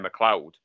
McLeod